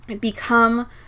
become